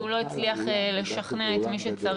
הוא לא הצליח לשכנע את מי שצריך.